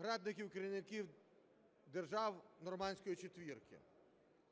радників керівників держав Нормандської четвірки.